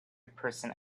person